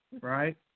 Right